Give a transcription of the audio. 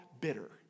bitter